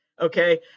okay